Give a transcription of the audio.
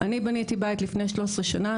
אני בניתי בית לפני 13 שנים,